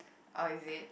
oh is it